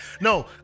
no